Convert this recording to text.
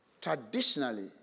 Traditionally